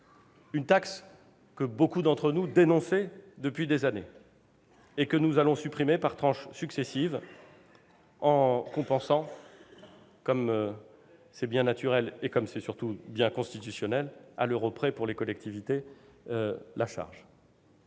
une taxe que beaucoup d'entre nous dénonçaient depuis des années, et que nous allons supprimer par tranches successives en en compensant la charge, comme c'est bien naturel- et c'est surtout constitutionnel -, à l'euro près pour les collectivités. Nous avons